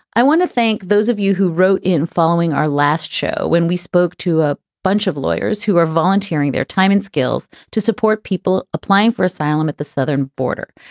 i want to thank those of you who wrote in following our last show when we spoke to a bunch of lawyers who are volunteering their time and skills to support people applying for asylum at the southern border.